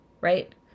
right